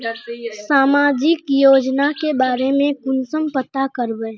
सामाजिक योजना के बारे में कुंसम पता करबे?